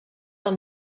del